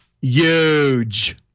huge